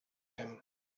him